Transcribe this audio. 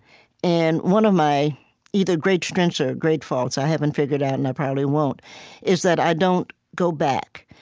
and one of my either great strengths or great faults i haven't figured out, and i probably won't is that i don't go back.